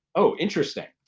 oh, interesting.